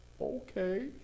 okay